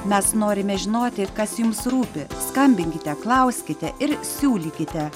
mes norime žinoti kas jums rūpi skambinkite klauskite ir siūlykite